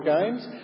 Games